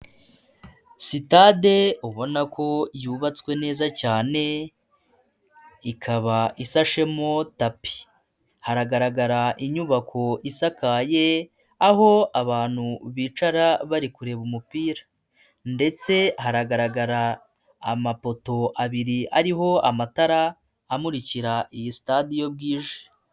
Sitade ubona ko yubatswe neza cyane ikaba isashemo tapi, hagaragara inyubako isakaye aho abantu bicara bari kureba umupira ndetse haragaragara amapoto abiri ariho amatara amurikira iyi sitade iyo bwije.